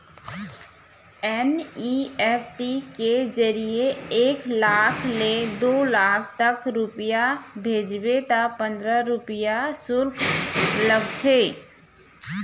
NEFT के जरिए एक लाख ले दू लाख तक रूपिया भेजबे त पंदरा रूपिया सुल्क लागथे